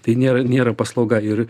tai nėra nėra paslauga ir